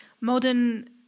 modern